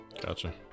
gotcha